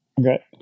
okay